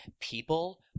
people